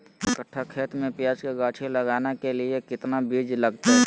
एक कट्ठा खेत में प्याज के गाछी लगाना के लिए कितना बिज लगतय?